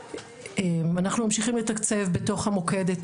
אנחנו ממשיכים לתקצב בתוך המוקד את